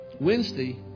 Wednesday